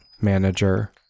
manager